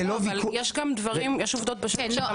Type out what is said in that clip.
יש עובדות בשטח.